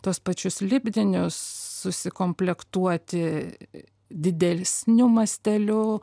tuos pačius lipdinius susikomplektuoti didesniu masteliu